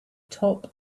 top